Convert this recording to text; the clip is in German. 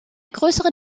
größere